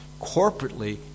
corporately